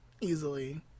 easily